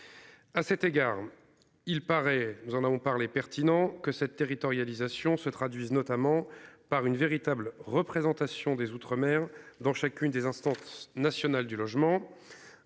À cet égard il paraît. Nous en avons parlé pertinent que cette territorialisation se traduisent notamment par une véritable représentation des outre-mer dans chacune des instances nationales du logement.